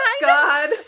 God